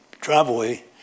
driveway